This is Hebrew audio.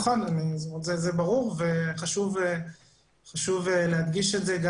נכון, זה ברור וחשוב להדגיש את זה.